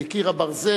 כי "קיר הברזל"